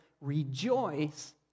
Rejoice